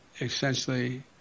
essentially